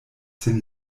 sin